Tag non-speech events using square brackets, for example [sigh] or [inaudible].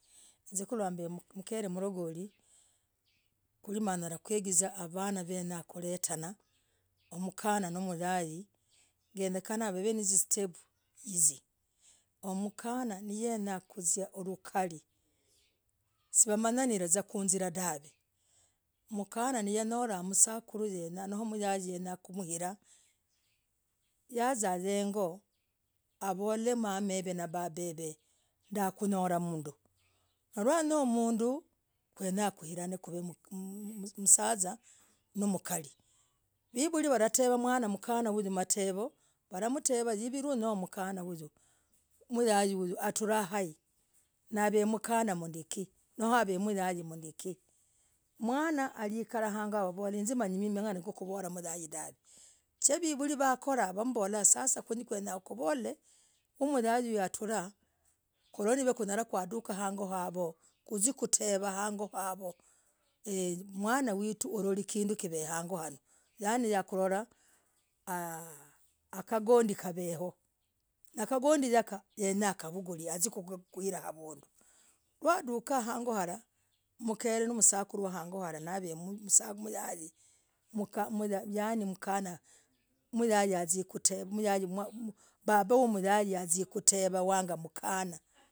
Hinz [hesitation] kurah mb [hesitation] mkere mlagolii kweli nyalah kwigizaa ha vanaa nawenya kuretana mkanah mwe moyai genyekana vav [hesitation] na zi step hiziii oo mkanah neenyah kuzia hulukali siwanyaziah kuizirah dahv [hesitation] mkanah naunyolah msakuru noo mkanah yenyah kumhirah yazaa heng'oo havor [hesitation] mamah heev [hesitation] na babah heev [hesitation] ndakunyolah mnduu nanyolah mnduu kwenyah kuiran [hesitation] kuv [hesitation] msasa namkarii vivuliwalatevaa mwana mkanah hyuu matevoo waramtevaa hiv [hesitation] noo niwanyolah mkanah hyuu noo moyai atrah haii nav [hesitation] mkanah kindikii noo av [hesitation] moyai mduukii mwana harahikara hang'oo haoo avol [hesitation] hinz [hesitation] manyii mang'ana yakuvolah moyai hyuu dahv [hesitation] vakorah wavolah sasa kwenyakuvol [hesitation] kuu moyai hyuu atrah kurore hivaa kunyalah kuudukah hang'oo hohoo kuzie kutevaa hang'oo hohoo ere mwana wituu uloli kinduu kivehangoo halah yani yakulorah [hesitation] akagondii kavehoo nakagondii yakaa yenyah hakavulii azie ulia avunduu nadukah hang'oo harah mkere no msakuru harah navemm mmsah moyai yani mkanah moyai hanzii kuvullah moyai babah ya moyai hiziii kutevaa wagaa mkanah.